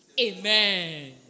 Amen